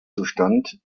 zustand